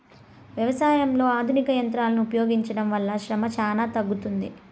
వ్యవసాయంలో ఆధునిక యంత్రాలను ఉపయోగించడం వల్ల శ్రమ చానా తగ్గుతుంది